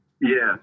Yes